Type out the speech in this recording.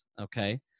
okay